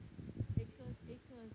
what is ACRES